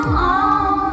on